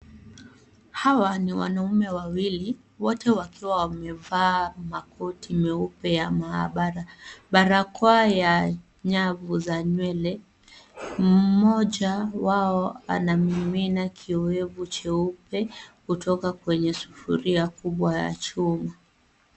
Hawa ni wanaume wawili, wote wakiwa wamevaa makoti meupe ya maabara, barakoa ya nyavu za nywele. Mmoja wao anamimina kioevu cheupe, kutoka kwenye sufuria kubwa ya chuma.